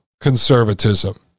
conservatism